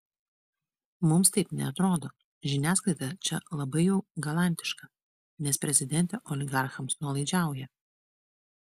mums taip neatrodo žiniasklaida čia labai jau galantiška nes prezidentė oligarchams nuolaidžiauja